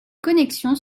connexions